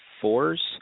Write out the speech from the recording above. fours